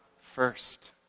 first